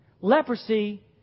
Leprosy